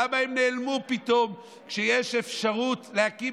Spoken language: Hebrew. למה הם נעלמו פתאום כשיש אפשרות להקים